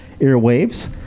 airwaves